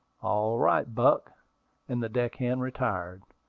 all right, buck and the deck-hand retired.